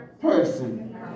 person